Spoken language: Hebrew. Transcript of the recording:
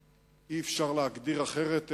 ואי-אפשר להגדיר את זה אחרת,